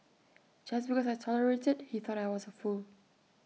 just because I tolerated he thought I was A fool